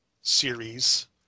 series